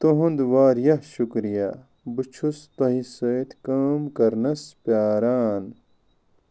تُہنٛد واریاہ شکریہ بہٕ چھُس تۄہہِ سۭتۍ کٲم کرنس پیٛاران